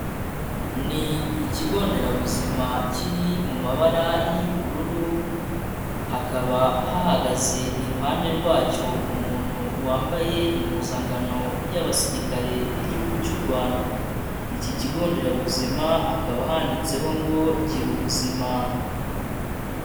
Ni ikigonderabuzima kiri mu mabara y'ubururu, hakaba hahagaze iruhande rwacyo umuntu wambaye impuzankano y'abasirikare b'igihugu cy'u Rwanda. Iki kigonderabuzima hakaba handitseho ngo ''gira ubuzima.''